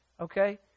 okay